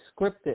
scripted